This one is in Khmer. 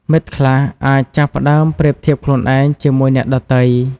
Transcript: មិត្តខ្លះអាចចាប់ផ្ដើមប្រៀបធៀបខ្លួនឯងជាមួយអ្នកដទៃ។